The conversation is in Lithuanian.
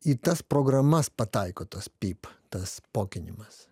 į tas programas pataiko tas pyp tas pokinimas